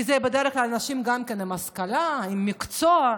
כי בדרך כלל אלה גם אנשים עם השכלה ועם מקצוע.